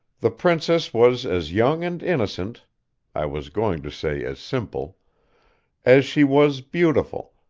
the princess was as young and innocent i was going to say as simple as she was beautiful,